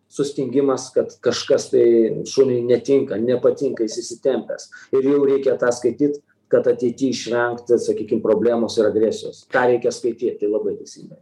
sustingimas kad kažkas tai šuniui netinka nepatinka jis įsitempęs ir jau reikia tą skaityt kad ateity išvengt vat sakykim problemos ir agresijos tą reikia skaityt tai labai teisingai